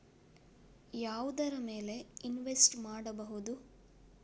ಯಾವುದರ ಮೇಲೆ ಇನ್ವೆಸ್ಟ್ ಮಾಡಬಹುದು?